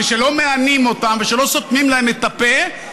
ושלא מענים אותם ושלא סותמים להם את הפה,